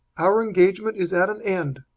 our engagement is at an end.